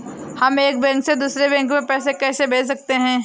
हम एक बैंक से दूसरे बैंक में पैसे कैसे भेज सकते हैं?